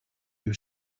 you